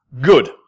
Good